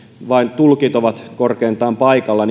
vain korkeintaan tulkit ovat paikalla